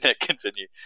continue